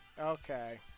Okay